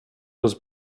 was